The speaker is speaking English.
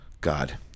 God